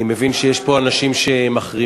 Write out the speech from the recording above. אני מבין שיש פה אנשים שמחרימים,